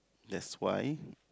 that's why